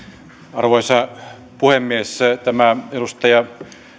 arvoisa puhemies tämä edustaja